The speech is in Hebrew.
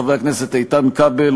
חברי הכנסת איתן כבל,